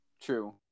True